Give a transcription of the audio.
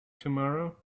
tomorrow